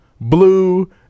blue